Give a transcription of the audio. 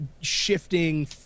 shifting